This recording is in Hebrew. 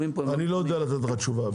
יודע לתת לך תשובה.